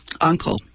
uncle